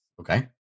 Okay